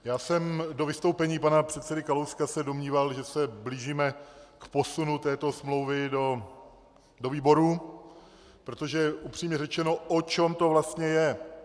Já jsem se do vystoupení pana předsedy Kalouska domníval, že se blížíme k posunu této smlouvy do výborů, protože upřímně řečeno o čem to vlastně je?